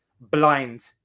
blind